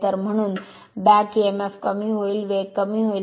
तर म्हणून back emf कमी होईल वेग कमी होईल